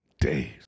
days